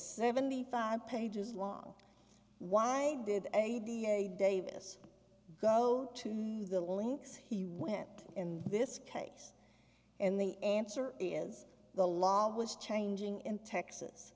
seventy five pages long why did davis go to the links he went in this case and the answer is the law was changing in texas